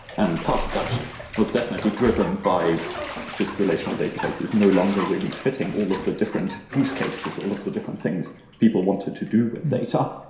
and part of that was definitely driven by just relational databases no longer really fitting all of the different use cases, all of the different things people wanted to do with data.